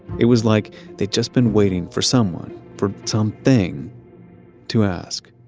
it was like they'd just been waiting for someone, for something, to ask